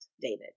David